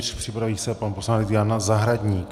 Připraví se pan poslanec Jan Zahradník.